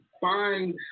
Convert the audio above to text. find